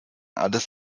alles